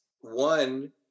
One